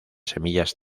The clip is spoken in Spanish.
semillas